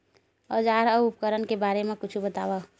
औजार अउ उपकरण के बारे मा कुछु बतावव?